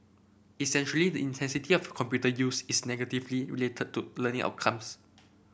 essentially the intensity of computer use is negatively related to learning outcomes